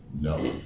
No